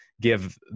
give